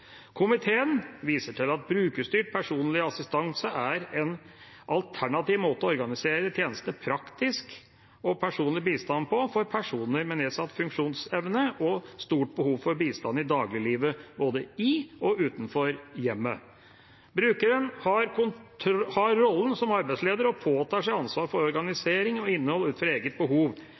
Komiteen viser til at brukerstyrt personlig assistanse er en alternativ måte å organisere tjenestene praktisk og personlig bistand på for personer med nedsatt funksjonsevne og stort behov for bistand i dagliglivet, både i og utenfor hjemmet. Brukeren har rollen som arbeidsleder og påtar seg ansvar for organisering og innhold ut fra egne behov.